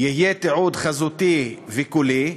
יהיה תיעוד חזותי וקולי,